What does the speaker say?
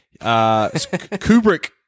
Kubrick